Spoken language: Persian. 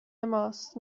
ماست